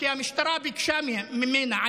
כי המשטרה ביקשה ממנה,